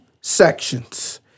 sections